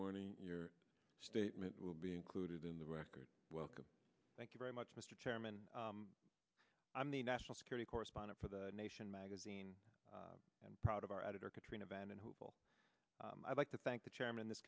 morning your statement will be included in the record welcome thank you very much mr chairman i'm the national security correspondent for the nation magazine and proud of our editor katrina vanden heuvel i'd like to thank the chairman this